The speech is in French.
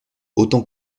autant